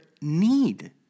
need